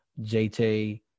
JT